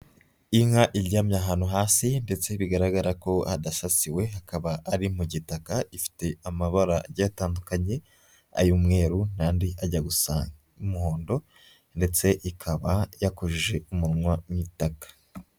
Inka iryamye ahantu hasi ndetse bigaragara ko hadasasiwe, hakaba ari mu gitaka ifite amabara agiye atandukanye ay'umweru n'andi ajya gusa n'umuhondo, ndetse ikaba yakojeje umunwa mu itaka.